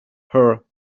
her